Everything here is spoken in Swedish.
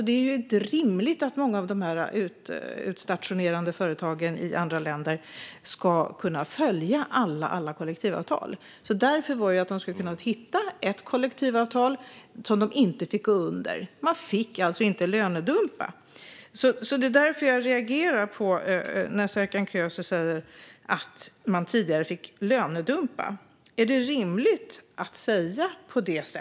Det är inte rimligt att dessa utstationerande företag i andra länder ska kunna följa alla kollektivavtal. Därför blev det fråga om att hitta ett kollektivavtal som de inte fick gå under. Man fick alltså inte lönedumpa. Det är därför jag reagerar när Serkan Köse säger att man tidigare fick lönedumpa. Är det rimligt att säga så?